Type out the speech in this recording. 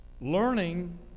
learning